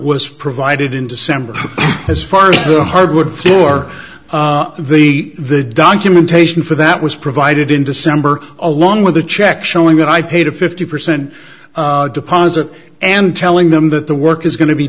was provided in december as far as the hardwood floor the the documentation for that was provided in december along with a check showing that i paid a fifty percent deposit and telling them that the work is going to be